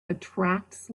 attracts